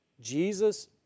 Jesus